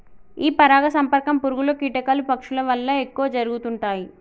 ఈ పరాగ సంపర్కం పురుగులు, కీటకాలు, పక్షుల వల్ల ఎక్కువ జరుగుతుంటాయి